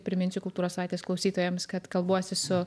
priminsiu kultūros savaitės klausytojams kad kalbuosi su